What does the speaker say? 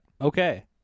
Okay